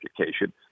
education